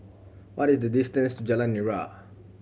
what is the distance Jalan Nira